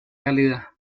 realidad